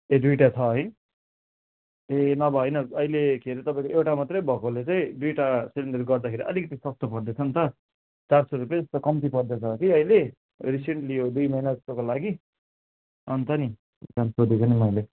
ए दुईवटा छ है ए नभए होइन अहिले के अरे तपाईँको एउटा मात्रै भएकोले चाहिँ दुईवटा सिलिन्डर गर्दाखेरि अलिकति सस्तो पर्दैछ नि त चार सौ रुपियाँ जस्तो कम्ती पर्दैछ कि अहिले रिसेन्टली अब दुई महिना जस्तोको लागि अन्त नि त्यस कारण सोधेको नि मैले